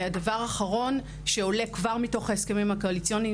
והדבר האחרון שעולה כבר מתוך ההסכמים הקואליציוניים,